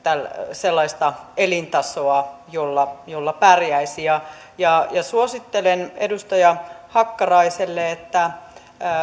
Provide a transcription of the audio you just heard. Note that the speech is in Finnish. sellaista elintasoa jolla jolla pärjäisi suosittelen edustaja hakkaraiselle että